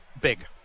Big